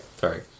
sorry